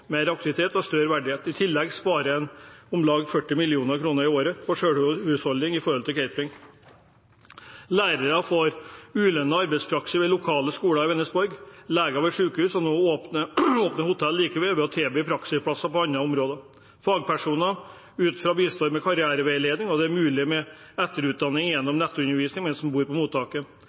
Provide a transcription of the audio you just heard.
mer aktivitet og mer verdighet. I tillegg sparer man om lag 40 mill. kr i året på selvhushold i forhold til catering. Lærere får ulønnet arbeidspraksis ved lokale skoler i Vänersborg, leger ved sykehus, og nå åpner hotellet like ved for å tilby praksisplasser på andre områder. Fagpersoner utenfra bistår med karriereveiledning, og det er mulig med etterutdanning gjennom nettundervisning mens man bor på mottaket.